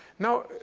now,